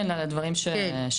כן, לדברים שנאמרו.